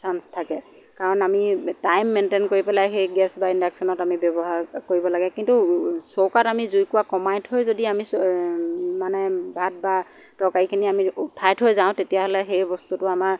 chance থাকে কাৰণ আমি টাইম মেইনটেইন কৰি পেলাই সেই গেছ বা ইণ্ডাকশ্যনত আমি ব্যৱহাৰ কৰিব লাগে কিন্তু চৌকাত আমি জুইকুৰা কমাই থৈ যদি আমি মানে ভাত বা তৰকাৰিখিনি আমি উঠাই থৈ যাওঁ তেতিয়াহ'লে সেই বস্তুটো আমাৰ